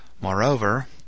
Moreover